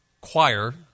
choir